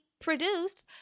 produced